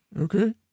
Okay